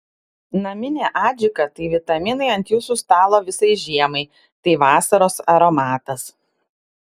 naminė adžika tai vitaminai ant jūsų stalo visai žiemai tai vasaros aromatas